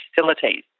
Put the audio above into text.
facilities